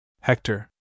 Hector